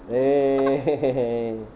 eh